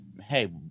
hey